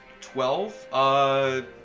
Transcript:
Twelve